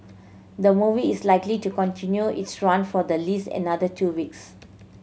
the movie is likely to continue its run for the least another two weeks